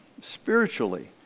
spiritually